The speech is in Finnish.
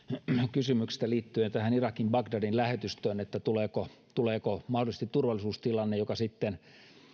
kysymyksestä liittyen tähän irakin bagdadin lähetystöön että tuleeko tuleeko mahdollisesti turvallisuustilanne joka sitten